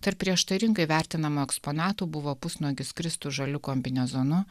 tarp prieštaringai vertinamo eksponatų buvo pusnuogis kristus žaliu kombinezonu